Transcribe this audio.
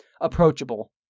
approachable